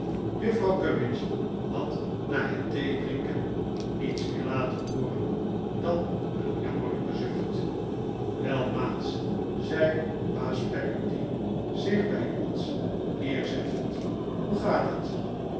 juffrouw gummidge had na het theedrinken niets meer laten hooren dan een jammerlijken zucht wel maats zei baas peggotty zich bij ons neerzettend hoe gaat het